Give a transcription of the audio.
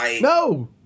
No